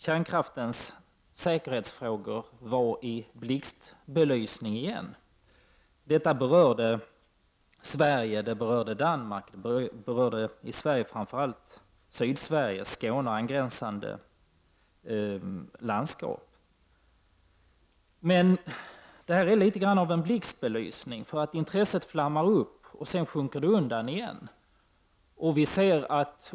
Kärnkraftens säkerhetsfrågor var i blixtbelysning igen. Detta berörde Sverige och Danmark. I Sverige berörde detta framför allt Sydsverige, dvs. Skåne och angränsande landskap. Men det är alltså fråga om en blixtbelysning. Intresset flammade upp för att sedan sjunka undan igen.